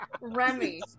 Remy